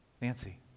Nancy